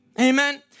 amen